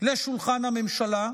לשולחן הממשלה.